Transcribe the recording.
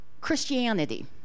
Christianity